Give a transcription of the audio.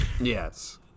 yes